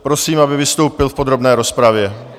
Prosím, aby vystoupil v podrobné rozpravě.